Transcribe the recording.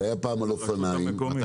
נכון.